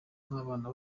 n’abana